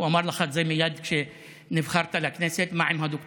הוא אמר לך את זה מייד כשנבחרת לכנסת: מה עם הדוקטורט?